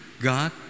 God